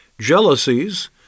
jealousies